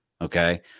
okay